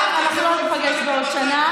אנחנו ניפגש בעוד שנה